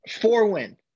Four-win